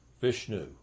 Vishnu